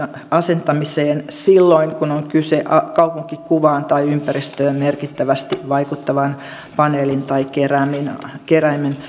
asentamiseen silloin kun on kyse kaupunkikuvaan tai ympäristöön merkittävästi vaikuttavan paneelin tai keräimen